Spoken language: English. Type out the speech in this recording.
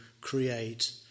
create